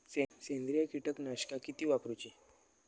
सेंद्रिय कीटकनाशका किती वापरूची?